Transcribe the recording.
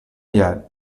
yet